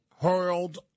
hurled